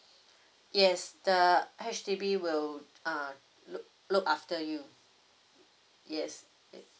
yes the H_D_B will err look look after you yes